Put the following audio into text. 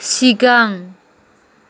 सिगां